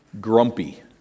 grumpy